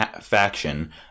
faction